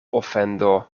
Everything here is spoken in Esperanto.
ofendo